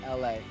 LA